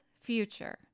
future